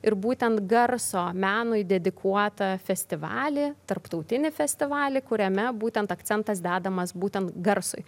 ir būtent garso menui dedikuotą festivalį tarptautinį festivalį kuriame būtent akcentas dedamas būtent garsui